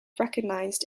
recognised